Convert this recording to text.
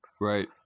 right